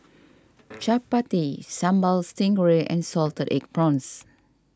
Chappati Sambal Stingray and Salted Egg Prawns